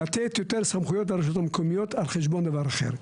לתת יותר סמכויות לרשויות המקומיות על חשבון דבר אחר.